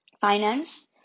finance